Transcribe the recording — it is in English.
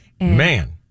Man